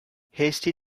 hasty